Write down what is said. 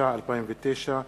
התש"ע 2009,